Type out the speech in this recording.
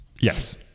Yes